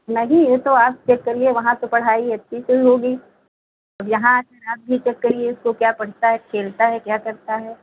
नहीं ए तो आप चेक करिए वहाँ की पढ़ाई अच्छी तो होगी यहाँ आकार आप भी चेक करिए इसको क्या पढ़ता है खेलता है क्या करता है